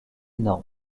norme